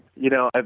you know, ah